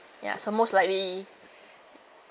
ya so most likely